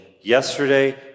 Yesterday